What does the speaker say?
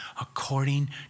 according